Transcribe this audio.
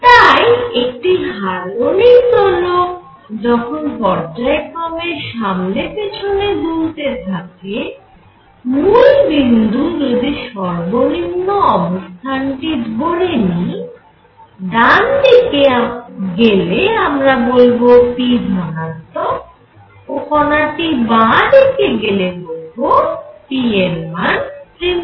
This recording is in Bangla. তাই একটি হারমনিক দোলক যখন পর্যায়ক্রমে সামনে পেছনে দুলতে থাকে মূলবিন্দু যদি সর্বনিম্ন অবস্থানটি ধরে নিই ডান দিকে গেলে আমরা বলব p ধনাত্মক ও কণাটি বাঁ দিকে গেলে p এর মান ধরব ঋণাত্মক